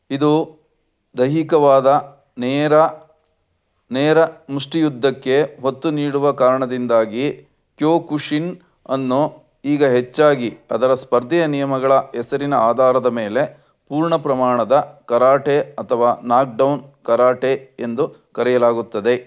ಇದು ದೈಹಿಕವಾದ ನೇರಾನೇರ ಮುಷ್ಠಿಯುದ್ಧಕ್ಕೆ ಒತ್ತು ನೀಡುವ ಕಾರಣದಿಂದಾಗಿ ಕ್ಯೋಕುಶಿನನ್ನು ಈಗ ಹೆಚ್ಚಾಗಿ ಅದರ ಸ್ಪರ್ಧೆಯ ನಿಯಮಗಳ ಹೆಸರಿನ ಆಧಾರದ ಮೇಲೆ ಪೂರ್ಣ ಪ್ರಮಾಣದ ಕರಾಟೆ ಅಥವಾ ನಾಕ್ಡೌನ್ ಕರಾಟೆ ಎಂದು ಕರೆಯಲಾಗುತ್ತದೆ